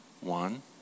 One